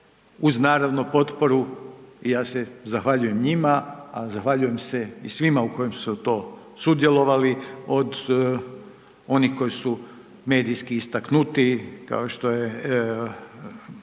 uz naravno, potporu i ja se zahvaljujem njima, a zahvaljujem se i svima u kojem su to sudjelovali od onih koji su medijski istaknutiji, kao što je